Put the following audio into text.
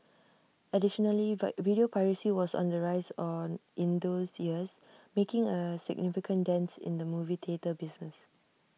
additionally video piracy was on the rise on in those years making A significant dent in the movie theatre business